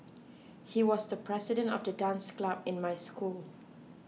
he was the president of the dance club in my school